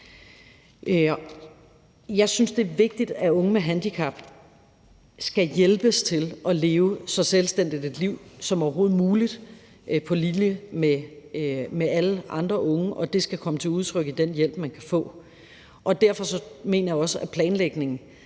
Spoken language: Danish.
Jeg synes, det er vigtigt, at unge med handicap skal hjælpes til at leve et så selvstændigt liv som overhovedet muligt på linje med alle andre unge, og det skal komme til udtryk i den hjælp, man kan få. Det er store forandringer;